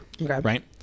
right